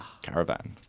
caravan